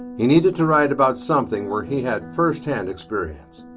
he needed to write about something where he had first-hand experience.